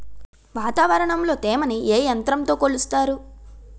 వాతావరణంలో తేమని ఏ యంత్రంతో కొలుస్తారు?